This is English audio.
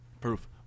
proof